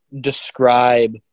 describe